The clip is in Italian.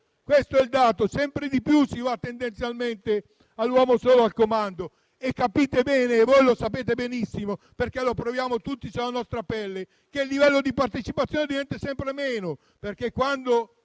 le decisioni; sempre di più si va tendenzialmente verso l'uomo solo al comando. E capite bene - e voi lo sapete benissimo, perché lo proviamo tutti sulla nostra pelle - che il livello di partecipazione diventa sempre minore, perché, quando